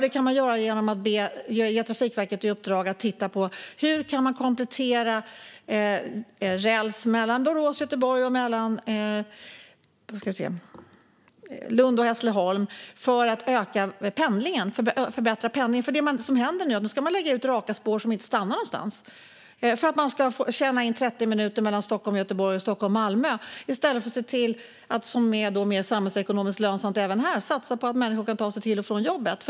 Det kan man göra genom att ge Trafikverket i uppdrag att se på hur räls mellan Borås och Göteborg samt Lund och Hässleholm kan kompletteras för att öka pendlingen. Det som händer nu är att raka spår läggs ut där tågen inte stannar. Då tjänas 30 minuter in mellan Stockholm och Göteborg samt mellan Stockholm och Malmö, i stället för att man gör det samhällsekonomiskt lönsamma att satsa på att människor kan ta sig till och från jobbet.